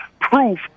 proof